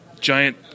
giant